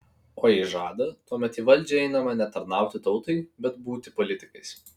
o jei žada tuomet į valdžią einama ne tarnauti tautai bet būti politikais